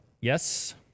yes